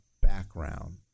background